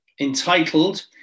entitled